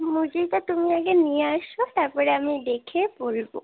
মজুরিটা তুমি আগে নিয়ে আসো তারপরে আমি দেখে বলবো